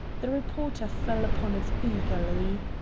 the reporter fell upon it eagerly.